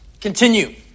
Continue